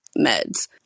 meds